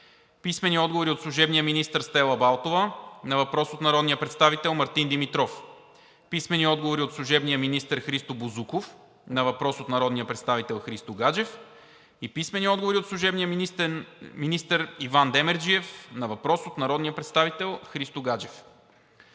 Христо Гаджев; - служебния министър Стела Балтова на въпрос от народния представител Мартин Димитров; - служебния министър Христо Бозуков на въпрос от народния представител Христо Гаджев; - служебния министър Иван Демерджиев на въпрос от народния представител Христо Гаджев.